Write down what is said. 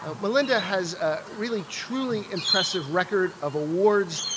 ah melinda has a really truly impressive record of awards,